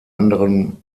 anderem